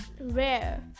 Rare